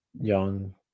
young